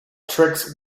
tricks